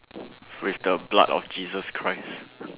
with the blood of Jesus Christ